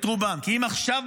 כי אם עכשיו,